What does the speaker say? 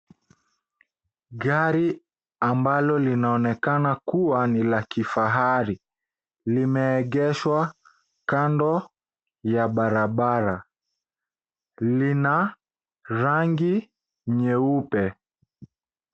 Gari ambalo linaonekana kuwa ni la kifahari, limeegeshwa kando ya barabara, lina rangi nyeupe.